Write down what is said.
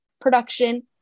production